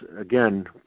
again